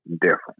different